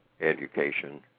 education